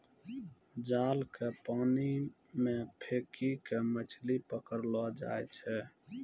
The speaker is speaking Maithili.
जाल के पानी मे फेकी के मछली पकड़लो जाय छै